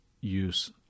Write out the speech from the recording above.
use